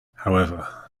however